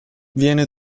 viene